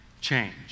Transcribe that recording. change